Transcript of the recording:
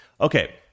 Okay